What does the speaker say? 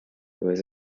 was